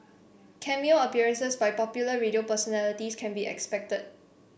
Cameo appearances by popular radio personalities can be expected